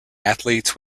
athletes